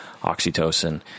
oxytocin